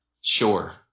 Sure